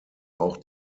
auch